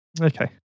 Okay